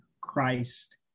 Christ